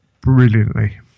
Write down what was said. brilliantly